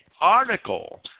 article